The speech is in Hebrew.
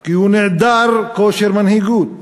כי הוא נעדר כושר מנהיגות